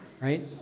right